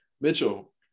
Mitchell